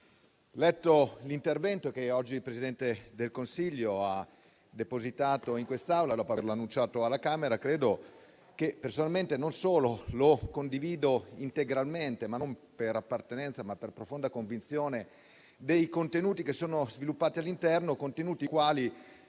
letto l'intervento che oggi il Presidente del Consiglio ha depositato in quest'Aula dopo averlo enunciato alla Camera e personalmente lo condivido integralmente, non per appartenenza, ma per profonda convinzione dei contenuti sviluppati al suo interno; contenuti che,